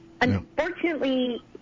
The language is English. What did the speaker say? Unfortunately